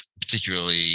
particularly